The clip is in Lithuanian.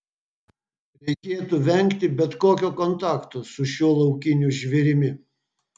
reikėtų vengti bet kokio kontakto su šiuo laukiniu žvėrimi